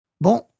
Bon